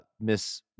Miss